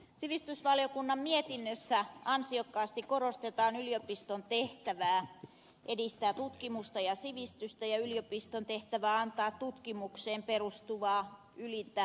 sivistysvaliokunnan mietinnössä ansiokkaasti korostetaan yliopiston tehtävää edistää tutkimusta ja sivistystä ja yliopiston tehtävää antaa tutkimukseen perustuvaa ylintä opetusta